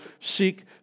seek